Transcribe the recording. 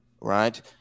Right